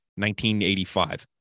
1985